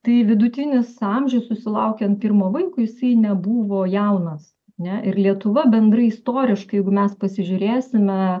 tai vidutinis amžius susilaukiant pirmo vaiko jisai nebuvo jaunas ne ir lietuva bendrai istoriškai jeigu mes pasižiūrėsime